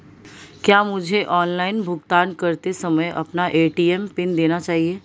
क्या मुझे ऑनलाइन भुगतान करते समय अपना ए.टी.एम पिन देना चाहिए?